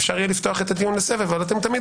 אפשר יהיה לפתוח את הדיון לסבב אבל אתם רוצים תמיד